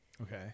okay